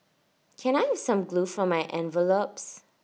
can I have some glue for my envelopes